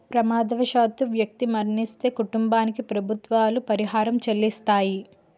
ప్రమాదవశాత్తు వ్యక్తి మరణిస్తే కుటుంబానికి ప్రభుత్వాలు పరిహారం చెల్లిస్తాయి